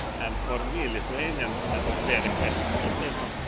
and forme, yeah lithuanian that is very questionable statement.